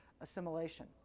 assimilation